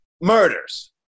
Murders